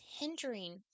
hindering